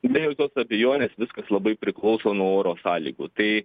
be jokios abejonės viskas labai priklauso nuo oro sąlygų tai